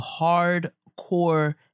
hardcore